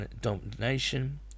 domination